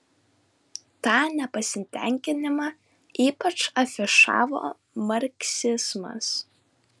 tą nepasitenkinimą ypač afišavo marksizmas